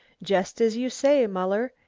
just as you say, muller,